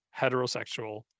heterosexual